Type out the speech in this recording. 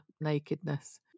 nakedness